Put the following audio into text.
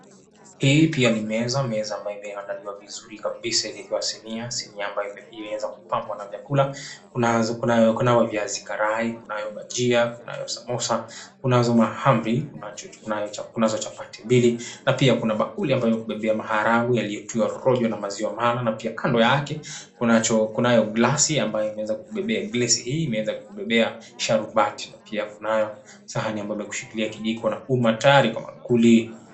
Hii pia ni meza. Meza ambayo imeandaliwa vizuri kabisa ikawekewa sinia. Sinia ambayo imeweza kupambwa na vyakula. Kunavyo viazi karai, kunayo bajia, kunayo samosa, kunazo mahamri, kunazo chapati mbili na pia kuna bakuli ambayo imekubebea maharagwe yaliyotiwa rojo na maziwa mala na pia kando yake kunayo glasi ambayo imeweza kukubebea, glesi hii imeanza kukubebea sharubati, na pia kunayo sahani ambayo imekushikilia kijiko na uma tayari kwa maakuli.